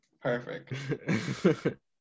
Perfect